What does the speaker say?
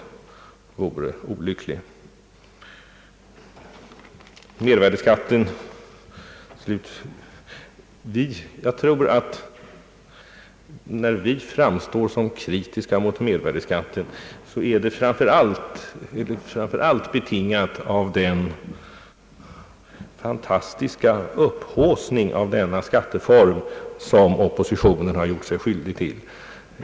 Siutligen gällde det mervärdeskatten. Jag tror att när vi framstår som kritiska mot denna skatt så är detta intryck framför allt betingat av den fantastiska upphaussning av denna skatteform, som oppositionen gjort sig skyldig till.